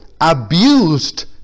abused